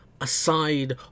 aside